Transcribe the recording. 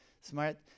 Smart